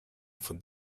for